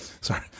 Sorry